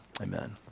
amen